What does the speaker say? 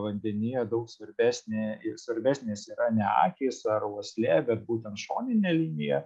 vandenyje daug svarbesnė ir svarbesnės yra ne akys ar uoslė bet būtent šoninė linija